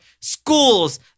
schools